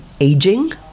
aging